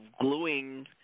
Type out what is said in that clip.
gluing